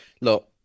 look